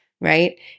right